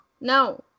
No